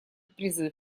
призыв